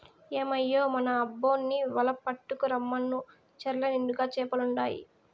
ఏమయ్యో మన అబ్బోన్ని వల పట్టుకు రమ్మను చెర్ల నిండుగా చేపలుండాయి